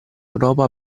europa